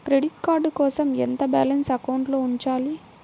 Credit card కోసం ఎంత balance అకౌంట్లో ఉంచాలి?